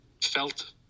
felt